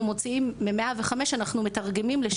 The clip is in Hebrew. מוציאים מ-105 אנחנו מתרגמים לשיעור.